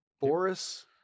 Boris